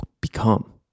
become